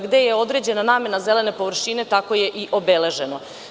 Gde je određena namena zelene površine, tako je i obeleženo.